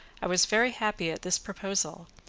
i was very happy at this proposal,